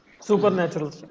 supernatural